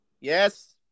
Yes